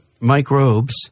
microbes